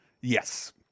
Yes